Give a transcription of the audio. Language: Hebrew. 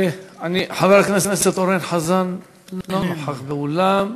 חבר הכנסת אורן חזן, אינו נוכח באולם.